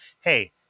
hey